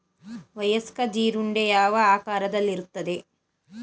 ವಯಸ್ಕ ಜೀರುಂಡೆ ಯಾವ ಆಕಾರದಲ್ಲಿರುತ್ತದೆ?